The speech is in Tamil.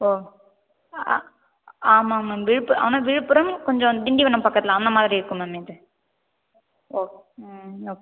ஓ ஆமாங்க மேம் விழுப்பு ஆனால் விழுப்புரம் கொஞ்சம் திண்டிவனம் பக்கத்தில் அந்தமாதிரி இருக்கும் மேம் இது ஓ ம் ஓகே